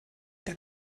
der